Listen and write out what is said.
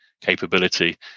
capability